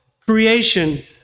creation